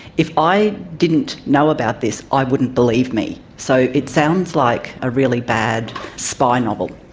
if i didn't know about this i wouldn't believe me. so it sounds like a really bad spy novel.